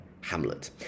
Hamlet